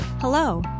Hello